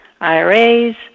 IRAs